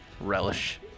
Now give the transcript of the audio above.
Relish